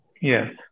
Yes